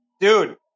dude